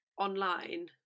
online